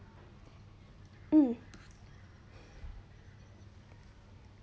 mm